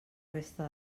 resta